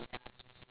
ya